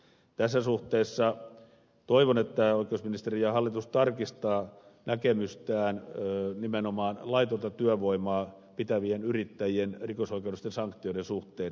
tässä suhteessa toivon että oikeusministeri ja hallitus tarkistaa näkemystään nimenomaan laitonta työvoimaa pitävien yrittäjien rikosoikeudellisten sanktioiden suhteen